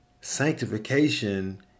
Sanctification